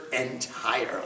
entirely